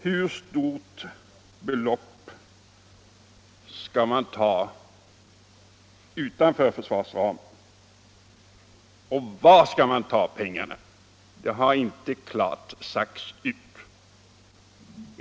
Hur stort belopp skall man ta utanför försvarsramen, och var skall man ta de pengarna? Det har inte klart sagts ut.